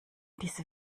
diese